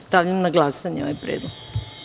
Stavljam na glasanje ovaj predlog.